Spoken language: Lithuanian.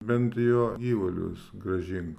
bent jo gyvulius grąžink